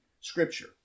scripture